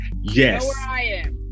Yes